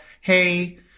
Hey